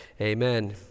amen